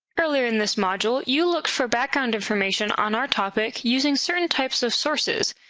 earlier in this module, you looked for background information on our topic using certain types of sources.